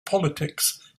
politics